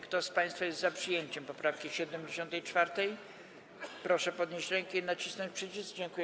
Kto z państwa jest za przyjęciem poprawki 74., proszę podnieść rękę i nacisnąć przycisk.